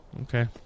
Okay